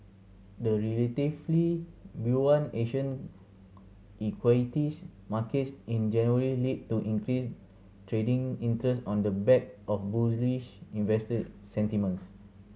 the relatively buoyant Asian equities markets in January led to increased trading interest on the back of bullish investor sentiments